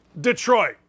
Detroit